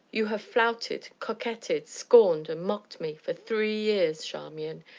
you have flouted, coquetted, scorned, and mocked me for three years, charmian,